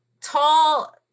tall